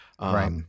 Right